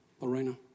Lorena